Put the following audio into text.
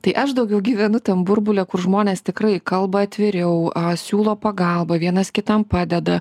tai aš daugiau gyvenu tam burbule kur žmonės tikrai kalba atviriau siūlo pagalbą vienas kitam padeda